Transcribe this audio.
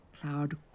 cloud